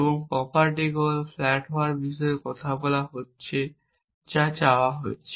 এবং property call flat হওয়ার বিষয়ে কথা বলা হচ্ছে যা চাওয়া হয়েছে